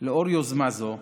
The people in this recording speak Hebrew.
לאור יוזמה זו,